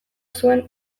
zuen